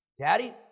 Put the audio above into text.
Daddy